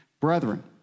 Brethren